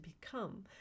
become